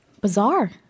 bizarre